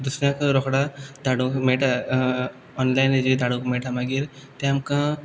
दुसऱ्याक रोखडो धाडूंक मेळटा ओनलायान हेचेर धाडूंक मेळटा मागीर तें आमकां